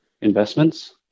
investments